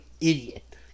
idiot